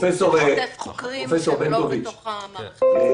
שמשתף חוקרים שהם לא בתוך המערכת הציבורית.